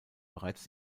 bereits